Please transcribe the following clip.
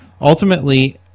ultimately